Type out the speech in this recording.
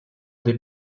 des